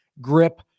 grip